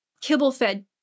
kibble-fed